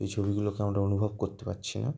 সেই ছবিগুলো কেমন একটা অনুভব করতে পাচ্ছি না